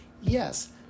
yes